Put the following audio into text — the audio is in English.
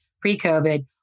pre-COVID